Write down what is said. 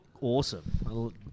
awesome